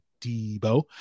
Debo